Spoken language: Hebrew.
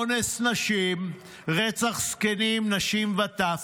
אונס נשים, רצח זקנים, נשים וטף.